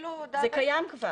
זה קיים כבר.